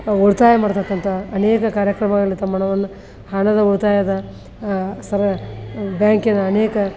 ಉಳಿತಾಯ ಮಾಡ್ತಕ್ಕಂತ ಅನೇಕ ಕಾರ್ಯಕ್ರಮದಲ್ಲಿ ತಮ್ಮ ಹಣವನ್ನು ಹಣದ ಉಳಿತಾಯದ ಸರ ಬ್ಯಾಂಕಿನ ಅನೇಕ